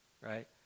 right